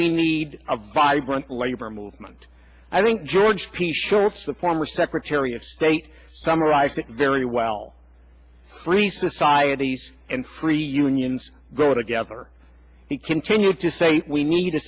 we need a vibrant labor movement i think george p shorts the former secretary of state summarized it very well free societies and free unions go together he continued to say we need a